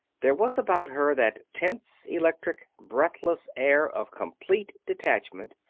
there was about her that tense, electric, breathless air of complete detachment,